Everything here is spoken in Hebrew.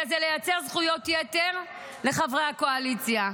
הוא לייצר זכויות יתר לחברי הקואליציה,